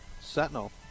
Sentinel